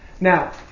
Now